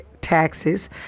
taxes